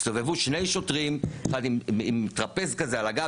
הסתובבו שני שוטרים, אחד עם טרפז כזה על הגב.